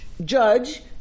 judge